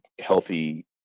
healthy